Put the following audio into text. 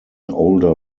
older